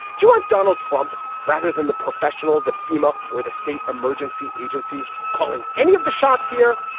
do you want donald trump rather than the professionals at fema or the state emergency agencies calling any of the shots here.